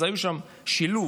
אז היה שם שילוב,